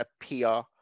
appear